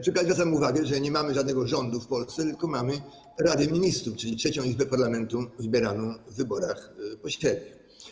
Przy okazji zwracam uwagę na to, że nie mamy żadnego rządu w Polsce, tylko mamy Radę Ministrów, czyli trzecią izbę parlamentu wybieraną w wyborach pośrednich.